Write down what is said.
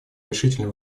решительно